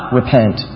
repent